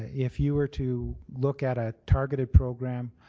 if you were to look at a targeted program,